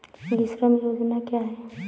ई श्रम योजना क्या है?